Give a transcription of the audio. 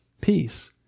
Peace